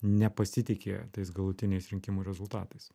nepasitiki tais galutiniais rinkimų rezultatais